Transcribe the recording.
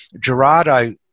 Gerardo